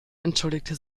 entschuldigte